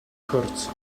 hurts